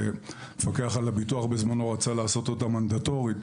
שהמפקח על הביטוח רצה לעשות בזמנו שתהיה מנדטורית.